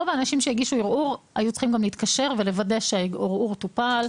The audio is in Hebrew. רוב האנשים שהגישו ערעור היו צריכים גם להתקשר ולוודא שהערעור טופל.